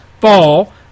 fall